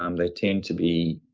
um they tend to be,